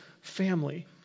family